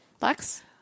Lex